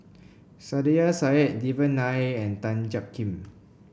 Saiedah Said Devan Nair and Tan Jiak Kim